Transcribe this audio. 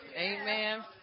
Amen